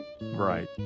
right